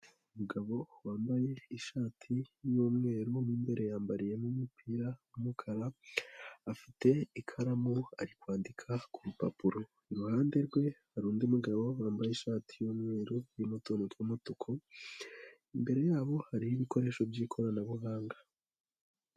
Umugabo wambaye ishati y'umweru mo imbere yambariyemo umupira w'umukara. Afite ikaramu ari kwandika ku rupapuro. Iruhande rwe hari undi mugabo wambaye ishati y'umweru irimo utuntu tw'umutuku. Imbere yabo hariho ibikoresho by'ikoranabuhanga.